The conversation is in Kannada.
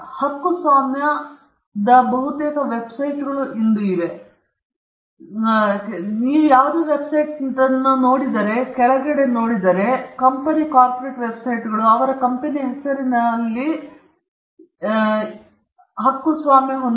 ಸಿ ಹಕ್ಕುಸ್ವಾಮ್ಯ ಬಹುತೇಕ ವೆಬ್ಸೈಟ್ಗಳು ಇಂದು ಹೊಂದಿವೆ ನೀವು ಕೆಳಕ್ಕೆ ಹೋದರೆ ಖಾಸಗಿಯಾಗಿ ವೆಬ್ಸೈಟ್ಗಳು ಕಂಪನಿ ಕಾರ್ಪೊರೇಟ್ ವೆಬ್ಸೈಟ್ಗಳು ಅವರು ಕಂಪನಿಯ ಹೆಸರಿನಲ್ಲಿ ವರ್ಷದ ಈ ವರ್ಷದ ಹಕ್ಕುಸ್ವಾಮ್ಯವನ್ನು ಹೇಳುವುದಿಲ್ಲ